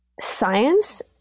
science